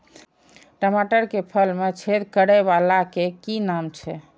टमाटर के फल में छेद करै वाला के कि नाम छै?